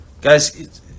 Guys